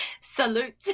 salute